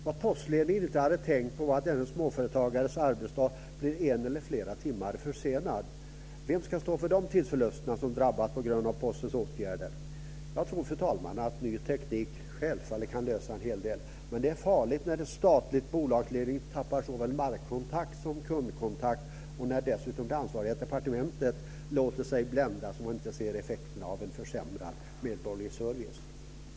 Vad postledningen inte hade tänkt på var att denna småföretagares arbetsdag blir en eller flera timmar försenad. Vem ska stå för de tidsförluster som drabbar en på grund av Postens åtgärder? Jag tror, fru talman, att ny teknik självfallet kan lösa en hel del. Men det är farligt när ett statligt bolags ledning tappar såväl markkontakt som kundkontakt och det ansvariga departementet dessutom låter sig bländas så att man inte ser effekterna av en försämrad medborgerlig service.